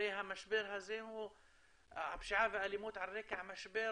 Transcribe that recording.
הרי הפשיעה והאלימות הם על רקע משבר